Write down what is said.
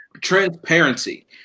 transparency